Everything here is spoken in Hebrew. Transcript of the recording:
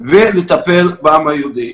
ולטפל בעם היהודי.